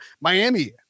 Miami